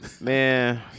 man